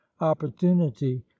opportunity